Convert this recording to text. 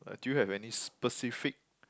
uh do you have any specific